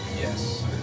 Yes